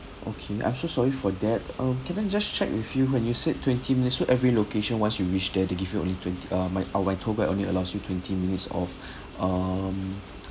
okay I'm so sorry for that um can I just check with you when you said twenty minutes so every location once you reach there to give you only twenty uh my our my tour guide only allows you twenty minutes of um